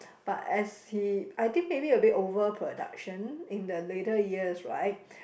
but as he I think maybe a bit over production in the later years right